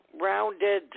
rounded